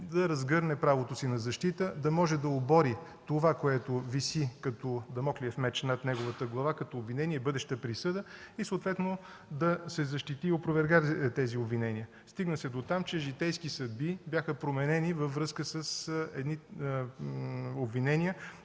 да разгърне правото си на защита, да може да обори това, което виси като Дамоклев меч над неговата глава като обвинение и бъдеща присъда, и съответно да се защити и опровергае тези обвинения. Стигна се дотам, че житейски съдби бяха променени във връзка с едни обвинения,